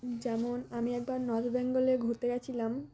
যেমন আমি একবার নর্থ বেঙ্গলে ঘুরতে গিয়েছিলাম